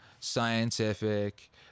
scientific